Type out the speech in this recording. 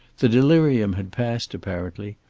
the delirium had passed, apparently.